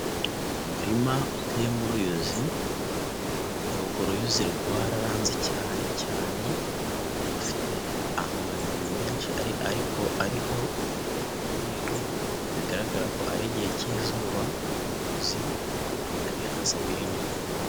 Umurima uteyeyemo uruyuzi, ururwo ruyuzi rwararanze cyane cyane, rufite amababi menshi ariko ariho umweru, bigaragara ko ari igihe cy'izuba, urwo ruyuzi nta bihaza birimo.